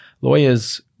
lawyers